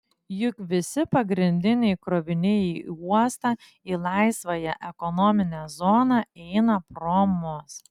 juk visi pagrindiniai kroviniai į uostą į laisvąją ekonominę zoną eina pro mus